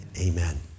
Amen